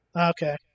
Okay